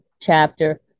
chapter